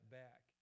back